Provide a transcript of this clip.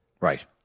Right